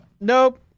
Nope